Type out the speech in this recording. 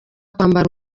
kwambara